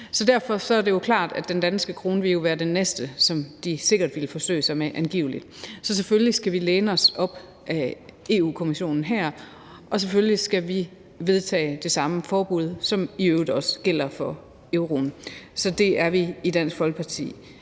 Så derfor er det jo klart, at den danske krone vil være den næste, som de sikkert vil forsøge sig med, angiveligt. Så selvfølgelig skal vi læne os op ad Europa-Kommissionen her. Og selvfølgelig skal vi vedtage det samme forbud, som i øvrigt også gælder for euroen. Så det er vi i Dansk Folkeparti